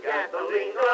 Gasoline